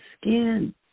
skin